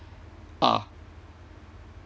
are